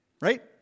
Right